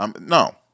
No